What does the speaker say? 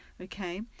Okay